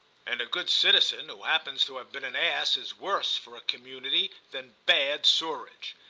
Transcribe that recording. and a good citizen who happens to have been an ass is worse for a community than bad sewerage.